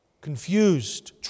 confused